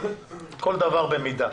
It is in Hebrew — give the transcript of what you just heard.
כל דבר במידה.